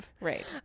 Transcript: Right